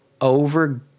over